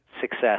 success